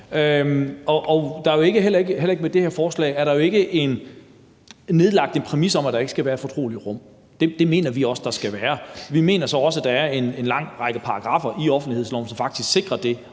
med det her forslag nedlagt en præmis om, at der ikke skal være et fortroligt rum. Det mener vi også der skal være. Vi mener så også, at der er en lang række paragraffer i offentlighedsloven, som faktisk sikrer det